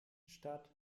stadt